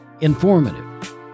Informative